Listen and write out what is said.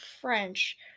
French